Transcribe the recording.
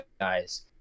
guys